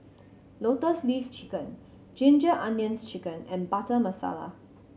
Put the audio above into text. Lotus Leaf Chicken Ginger Onions Chicken and Butter Masala